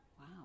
Wow